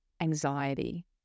anxiety